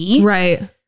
right